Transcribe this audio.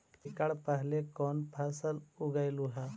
एकड़ पहले कौन फसल उगएलू हा?